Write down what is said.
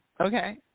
Okay